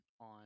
on